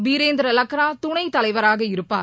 பீரேந்திர லக்ரா துணைத் தலைவராக இருப்பார்